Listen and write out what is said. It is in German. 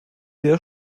der